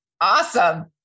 Awesome